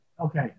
Okay